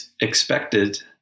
expected